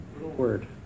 word